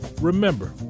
Remember